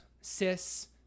cis